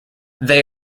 they